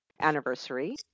anniversary